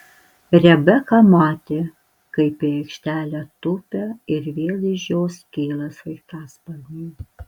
rebeka matė kaip į aikštelę tupia ir vėl iš jos kyla sraigtasparniai